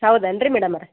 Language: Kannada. ಹೌದೇನ್ರಿ ಮೇಡಮರೆ